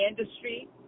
industry